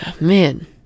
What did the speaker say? Man